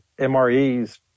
MREs